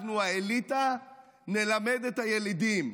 אנחנו האליטה נלמד את הילידים.